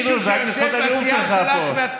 פינדרוס, זה רק בזכות הנאום שלך הכול.